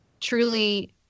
truly